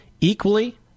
equally